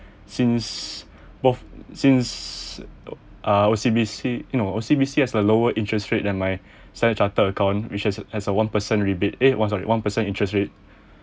since both since uh O_C_B_C no O_C_B_C has a lower interest rate than my standard chartered account which is has a one percent rebate eh one sorry one percent interest rate